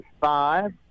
Five